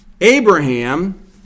Abraham